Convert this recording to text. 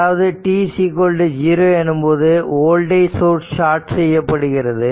அதாவது t0 எனும்போது voltage source short செய்யப்படுகிறது